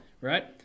Right